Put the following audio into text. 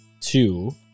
two